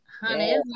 Honey